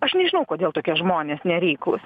aš nežinau kodėl tokie žmonės nereiklūs